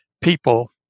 people